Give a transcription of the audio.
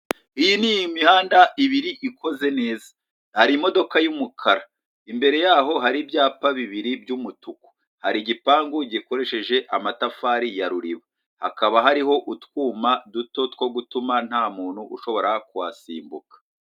Iyi ni imihanda ibiri ikoze neza hari imodoka y'umukara, imbere yaho hari ibyapa bibiri by'umutuku, hari igipangu gikoresheje amatafari ya ruriba, hakaba hariho utwuma duto two gutuma ntamuntu ushobora kuhasimbuka.